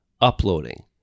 uploading